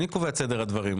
אני קובע את סדר הדברים,